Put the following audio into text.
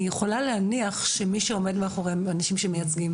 אני יכולה להניח שמי שעומד מאחוריהם הם אנשים שמייצגים